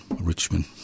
Richmond